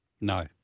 No